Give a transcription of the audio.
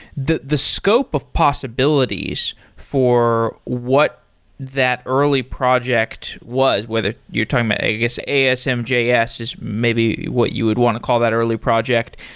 the the scope of possibilities for what that early project was, whether you're talking about i guess asm js is maybe what you would want to call that early project,